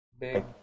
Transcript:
Big